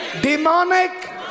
demonic